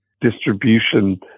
distribution